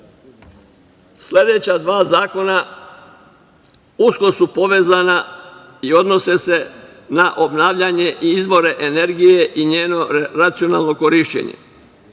dva zakona usko su povezana i odnose se na obnavljanje i izvore energije i njeno racionalno korišćenje.